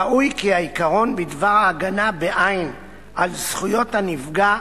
ראוי כי העיקרון בדבר ההגנה בעין על זכויות הנפגע,